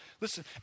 Listen